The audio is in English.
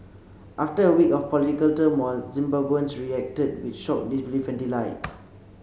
after a week of political turmoil Zimbabweans reacted with shock disbelief and delight